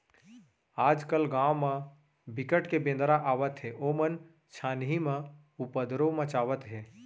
आजकाल गाँव म बिकट के बेंदरा आवत हे ओमन छानही म उपदरो मचावत हे